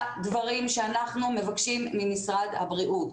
דברים שאנחנו מבקשים ממשרד הבריאות.